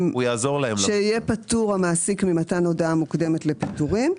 שיהיה פטור המעסיק ממתן הודעה מוקדמת לפיטורים.